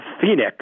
Phoenix